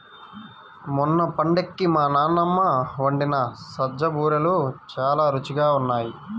మొన్న పండక్కి మా నాన్నమ్మ వండిన సజ్జ బూరెలు చాలా రుచిగా ఉన్నాయి